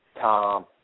Tom